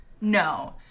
No